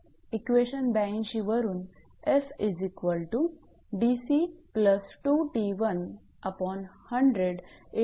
equation 82 वरून